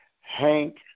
Hank